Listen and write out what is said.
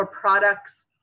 Products